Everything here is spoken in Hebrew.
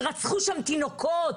שרצחו תינוקות.